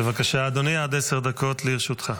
בבקשה, אדוני, עד עשר דקות לרשותך.